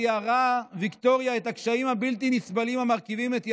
תיארה ויקטוריה את הקשיים הבלתי-נסבלים המרכיבים את ימיה.